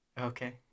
Okay